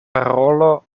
parolo